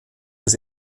des